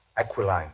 aquiline